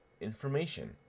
information